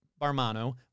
Barmano